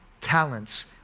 talents